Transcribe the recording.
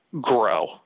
Grow